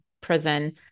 prison